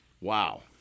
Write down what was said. Wow